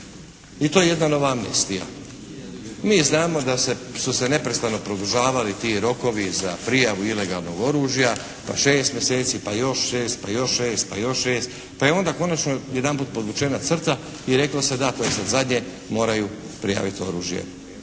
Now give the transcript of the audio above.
i to je jedna nova amnestija. Mi znamo da su se neprestano produžavali ti rokovi za prijavu ilegalnog oružja pa 6 mjeseci, pa još 6, pa još 6, pa još 6, pa je onda konačno jedanput podvučena crta i reklo se da to je sad zadnje, moraju prijaviti oružje